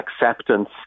acceptance